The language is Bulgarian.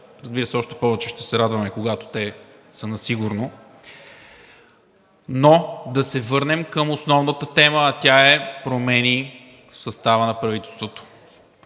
Разбира се, още повече ще се радваме, когато те са на сигурно, но да се върнем към основната тема, а тя е промени в състава на правителството.